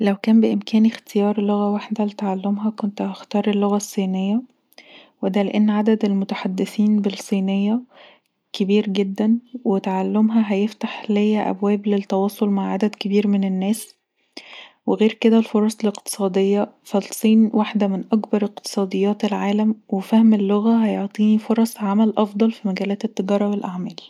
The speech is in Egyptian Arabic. لو كان بإمكاني اختيار لغة واحده لتعلمها كنت هختار اللغه الصينيه ودا لان عدد المتحدثين بالصينيه كبير جدا وتعلمها هيفتح ليا ابواب للتواصل مع عدد كبير من الناس وغير كدا الفرص الاقتصاديه فالصين واحده من اكبر اقتصاديات العالم وفهم اللغه هيعطيني فرص افضل في مجالات التجارة والاعمال